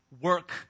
work